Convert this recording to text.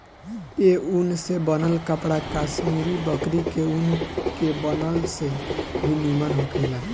ए ऊन से बनल कपड़ा कश्मीरी बकरी के ऊन के बनल से भी निमन होखेला